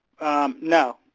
No